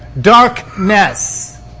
darkness